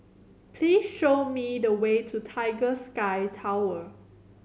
please show me the way to Tiger Sky Tower